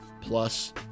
plus